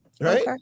Right